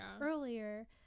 earlier